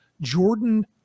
Jordan